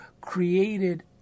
created